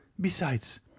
Besides